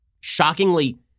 shockingly